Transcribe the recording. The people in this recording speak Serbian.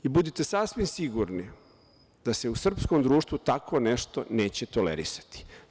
Buditi sasvim sigurni da se u srpskom društvu tako nešto neće tolerisati.